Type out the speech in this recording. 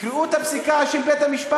תקראו את הפסיקה של בית-המשפט.